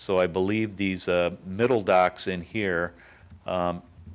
so i believe these middle docks in here